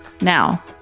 Now